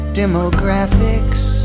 demographics